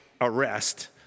arrest